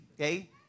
okay